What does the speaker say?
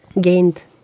gained